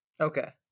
Okay